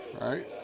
right